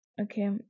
okay